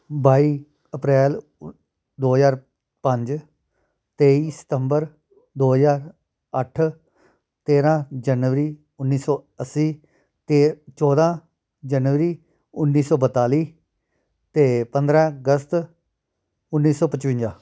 ਬਾਈ ਅਪ੍ਰੈਲ ਉ ਦੋ ਹਜ਼ਾਰ ਪੰਜ ਤੇਈ ਸਤੰਬਰ ਦੋ ਹਜ਼ਾਰ ਅੱਠ ਤੇਰ੍ਹਾਂ ਜਨਵਰੀ ਉੱਨੀ ਸੌ ਅੱਸੀ ਅਤੇ ਚੌਦ੍ਹਾਂ ਜਨਵਰੀ ਉੱਨੀ ਸੌ ਬਤਾਲੀ ਅਤੇ ਪੰਦਰ੍ਹਾਂ ਅਗਸਤ ਉੱਨੀ ਸੌ ਪਚਵੰਜਾ